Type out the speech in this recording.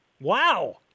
Wow